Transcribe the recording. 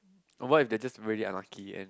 or what if they're just really unlucky and